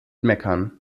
meckern